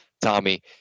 Tommy